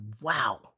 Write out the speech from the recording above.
wow